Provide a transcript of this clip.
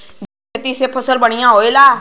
जैविक खेती से फसल बढ़िया होले